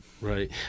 Right